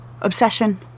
Obsession